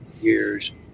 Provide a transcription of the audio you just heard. years